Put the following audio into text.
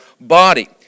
body